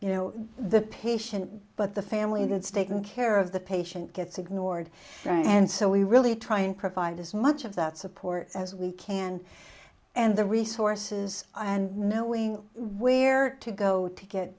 on the patient but the family that's taken care of the patient gets ignored and so we really try and provide as much of that support as we can and the resources and knowing where to go to get